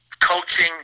coaching